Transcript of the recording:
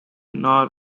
nor